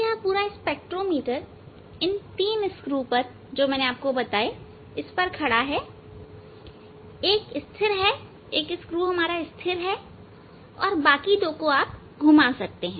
यह पूरा स्पेक्ट्रोमीटर इन तीन स्क्रू पर खड़ा है एक स्थिर है और बाकी दो को आप घुमा सकते हैं